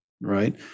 right